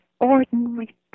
ordinary